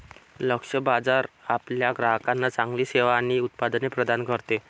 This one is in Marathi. लक्ष्य बाजार आपल्या ग्राहकांना चांगली सेवा आणि उत्पादने प्रदान करते